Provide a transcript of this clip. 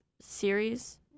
series